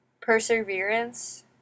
Perseverance